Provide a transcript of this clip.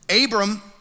Abram